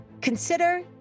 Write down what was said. Consider